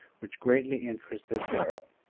which greatly interested darrell.